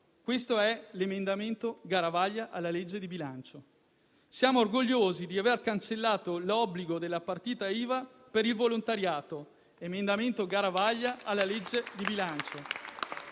euro (emendamento Garavaglia alla legge di bilancio). Siamo orgogliosi di aver cancellato l'obbligo della partita IVA per il volontariato (emendamento Garavaglia alla legge di bilancio).